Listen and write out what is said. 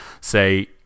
say